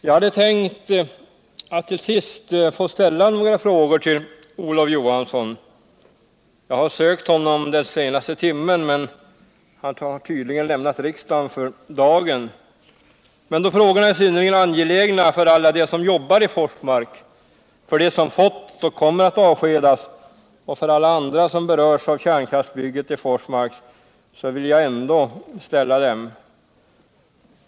Jag hade tänkt att till sist få ställa några frågor till Olof Johansson. Jag har sökt honom den senaste timmen, men han har tydligen lämnat riksdagen för dagen. Då frågorna emellertid är synnerligen angelägna för alla dem som jobbar i Forsmark och för dem som redan fått sluta eller som kommer att avskedas samt för alla andra som berörs av kärnkraftsbygget i Forsmark, vill Jag ändå ställa dem.